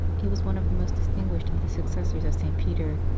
he was one of the most distinguished of the successors of st. peter,